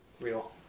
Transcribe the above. Real